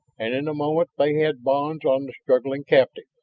and in a moment they had bonds on the struggling captive.